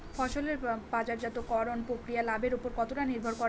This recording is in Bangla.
ফসলের বাজারজাত করণ প্রক্রিয়া লাভের উপর কতটা নির্ভর করে?